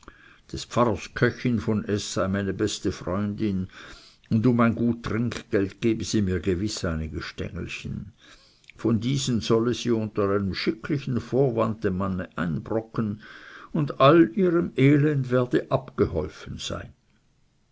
des pfarrers köchin von s sei meine beste freundin und um ein gut trinkgeld gebe sie mir gewiß einige stängelchen von diesen solle sie unter einem schicklichen vorwand dem manne einbrocken und all ihrem elend werde abgeholfen sein